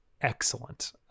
excellent